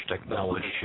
technology